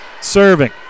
serving